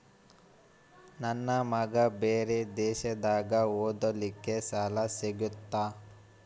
ನನ್ನ ಮಗ ಬೇರೆ ದೇಶದಾಗ ಓದಲಿಕ್ಕೆ ಸಾಲ ಸಿಗುತ್ತಾ?